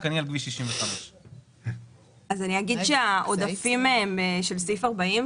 רק אני על כביש 65. אני אגיד שהעודפים של סעיף 40,